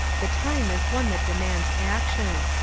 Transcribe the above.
the time is one that demands action.